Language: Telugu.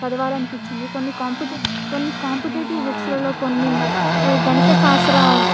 చదవాలని అనిపించింది కొన్ని కాంపిటేటివ్ కొన్ని కాంపిటేటివ్ బుక్స్లలో కొన్ని మ్యా గణిత శాస్త్ర